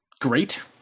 Great